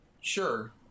Sure